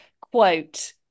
quote